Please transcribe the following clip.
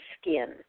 skin